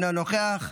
אינו נוכח,